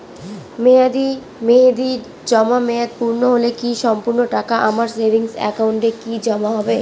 মেয়াদী মেহেদির জমা মেয়াদ পূর্ণ হলে কি সম্পূর্ণ টাকা আমার সেভিংস একাউন্টে কি জমা হবে?